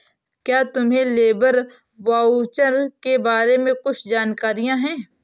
क्या तुम्हें labour voucher के बारे में कुछ जानकारी है?